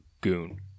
Goon